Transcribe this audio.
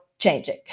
changing